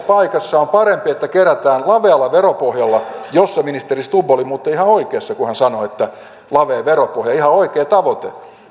paikassa on parempi että kerätään lavealla veropohjalla missä ministeri stubb oli muuten ihan oikeassa kun hän sanoi että lavea veropohja ihan oikea tavoite